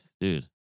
Dude